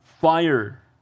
fire